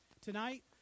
Tonight